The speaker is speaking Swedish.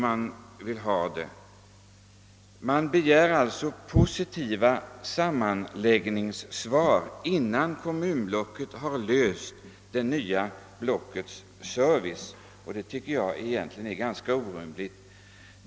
Man begär alltså positiva sammanläggningssvar innan kommunblocket har löst frågan om servicen i den nya kommunenheten, vilket jag tycker är orimligt.